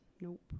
Nope